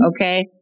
okay